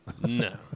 no